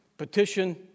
Petition